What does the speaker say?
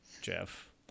Jeff